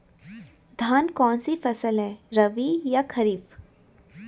धान कौन सी फसल है रबी या खरीफ?